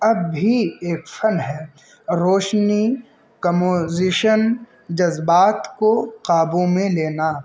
اب بھی ایک فن ہے روشنی کمپوزیشن جذبات کو قابوں میں لینا